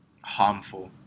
harmful